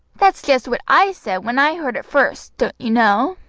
that's just what i said when i heard it first, don't you know,